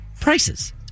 prices